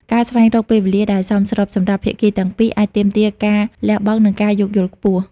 ការស្វែងរកពេលវេលាដែលសមស្របសម្រាប់ភាគីទាំងពីរ អាចទាមទារការលះបង់ និងការយោគយល់ខ្ពស់។